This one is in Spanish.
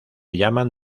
llaman